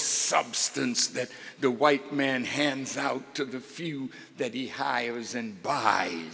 substance that the white man hands out to the few that he hires and b